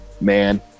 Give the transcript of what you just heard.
Man